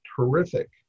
terrific